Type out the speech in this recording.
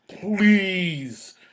Please